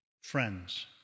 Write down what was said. friends